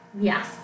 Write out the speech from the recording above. Yes